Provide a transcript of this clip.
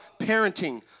parenting